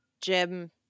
Jim